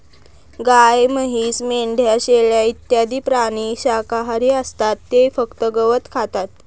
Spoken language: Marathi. गाय, म्हैस, मेंढ्या, शेळ्या इत्यादी प्राणी शाकाहारी असतात ते फक्त गवत खातात